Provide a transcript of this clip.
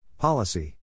Policy